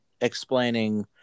explaining